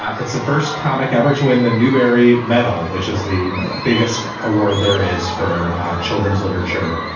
it's the first comic ever to win the newbery medal, which is the biggest award there is for children's literature.